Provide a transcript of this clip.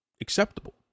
acceptable